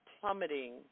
plummeting